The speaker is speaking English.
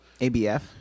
ABF